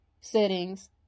settings